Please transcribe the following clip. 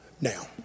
Now